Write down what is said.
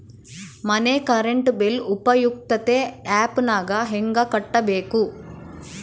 ಮನೆ current bill ಉಪಯುಕ್ತತೆ app ನಾಗ ಹೆಂಗ ಕಟ್ಟಬೇಕು?